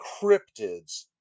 cryptids